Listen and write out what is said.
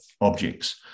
objects